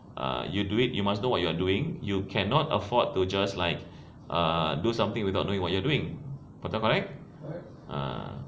ah you do it you must know what you are doing you cannot affort to just like ah do something without knowing what you are doing correct ah